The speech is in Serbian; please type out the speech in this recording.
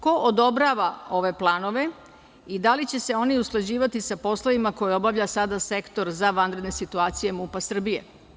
Ko odobrava ove planove i da li će se oni usklađivati sa poslovima koje obavlja sada Sektora za vanredne situacije MUP Srbije?